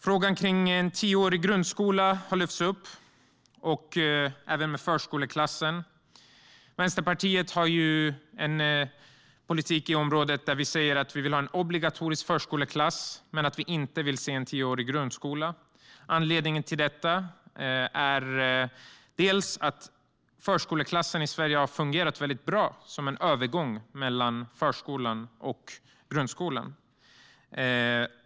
Frågan om tioårig grundskola har tagits upp, liksom förskoleklasser. Vänsterpartiet har en politik där vi säger att vi vill ha en obligatorisk förskoleklass men ingen tioårig grundskola. Anledningen till detta är bland annat att förskoleklass i Sverige har fungerat väldigt bra som en övergång mellan förskolan och grundskolan.